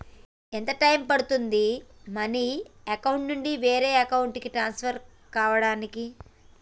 ఎంత టైం పడుతుంది money account నుంచి వేరే అకౌంట్ కి ట్రాన్స్ఫర్ కావటానికి?